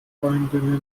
freundinnen